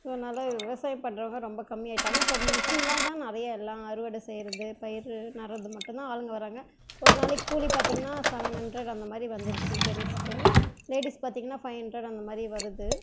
so அதனால் விவசாயம் பண்ணுறவங்க ரொம்ப கம்மியாகிட்டாங்க இப்போ மிஷினில்தான் நிறையா எல்லாம் அறுவடை செய்கிறது பயிர் நடுவது மட்டும்தான் ஆளுங்கள் வராங்க ஒரு நாளைக்கு கூலி பார்த்திங்ன்னா சவன் ஹண்ட்ரட் அந்த மாதிரி வந்துருச்சு ஜென்ஸுக்கு லேடிஸ் பார்த்திங்ன்னா ஃபை ஹண்ட்ரட் அந்த மாதிரி வருது